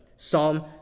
Psalm